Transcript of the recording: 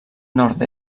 nord